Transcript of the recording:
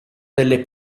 delle